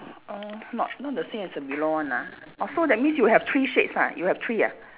orh not not the same as the below one ah orh so that means you have three shades ah you have three ah